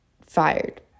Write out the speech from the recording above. fired